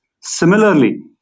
Similarly